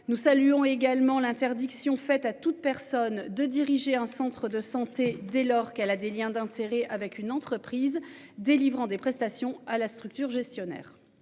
Nous saluons également l'interdiction faite à toute personne de diriger un centre de santé dès lors qu'elle a des Liens d'Inde serré avec une entreprise délivrant des prestations à la structure gestionnaire